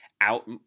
out